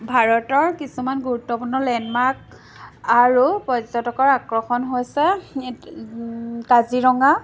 ভাৰতৰ কিছুমান গুৰুত্বপূৰ্ণ লেণ্ডমাৰ্ক আৰু পৰ্যটকৰ আকৰ্ষণ হৈছে কাজিৰঙা